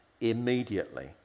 Immediately